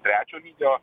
trečio lygio